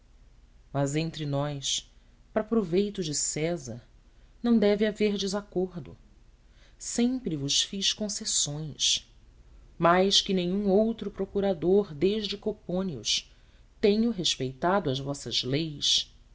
mas entre nós para proveito de césar não deve haver desacordo sempre vos fiz concessões mais que nenhum outro procurador desde copônio tenho respeitado as vossas leis